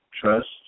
trust